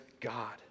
God